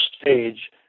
stage